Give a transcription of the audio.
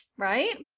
right?